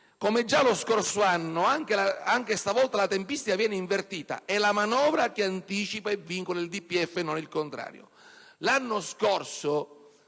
Come già lo scorso anno, anche stavolta la tempistica viene invertita. È la manovra che anticipa e vincola il Documento